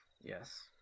Yes